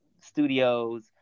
studios